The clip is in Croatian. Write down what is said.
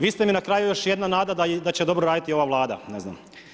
Vi ste mi na kraju još jedna nada da će dobro raditi ova Vlada, ne znam.